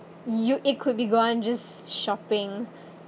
you it could be gone just shopping